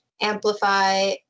Amplify